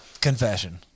Confession